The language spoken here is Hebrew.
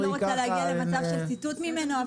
אני לא רוצה להגיע למצב של ציטוט ממנו.